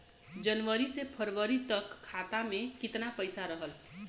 जनवरी से फरवरी तक खाता में कितना पईसा रहल?